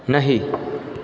नहि